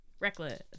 Reckless